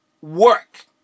work